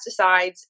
Pesticides